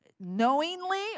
knowingly